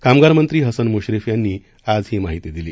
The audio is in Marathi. कामगार मंत्री हसन मुश्रीफ यांनी आज ही माहिती दिली